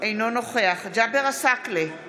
אינו נוכח ג'אבר עסאקלה,